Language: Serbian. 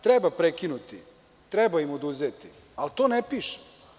Treba prekinuti, treba im oduzeti, ali to ne piše.